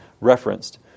referenced